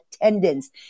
attendance